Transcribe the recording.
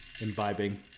imbibing